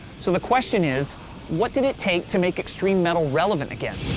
so the question is what did it take to make extreme metal relevant again?